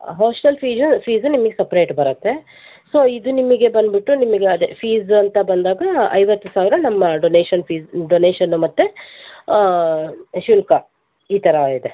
hostel fees ನಿಮಗೆ separate ಬರುತ್ತೆ so ಇದು ನಿಮಗೆ ಬಂದ್ಬಿಟ್ಟು ನಿಮಗೆ ಅದೇ ಫೀಸ್ ಅಂತ ಬಂದಾಗ ಐವತ್ತು ಸಾವಿರ ನಮ್ಮ ಡೊನೇಶನ್ ಫೀಸ್ ಡೊನೇಶನ್ ಮತ್ತು ಶುಲ್ಕ ಈ ಥರ ಇದೆ